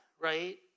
right